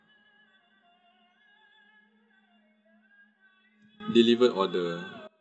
deliver order